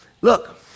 Look